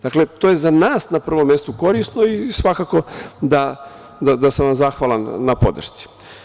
Dakle, to je za nas na prvom mestu korisno i svakako da sam vam zahvalan na podršci.